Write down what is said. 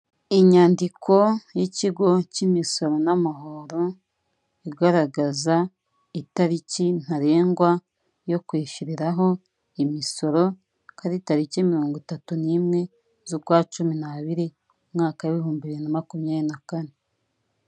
Inyandiko y'ikigo cy'imisoro n'amahoro igaragaza itariki ntarengwa yo kwishyiriraho imisoro kuri tariki mirongo itatu n'imwe z'ukwa cumi n'abiri umwaka w'ibihumbi bibiri na makumyabiri na kane.